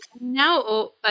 now